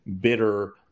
bitter